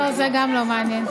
לא, גם זה לא מעניין.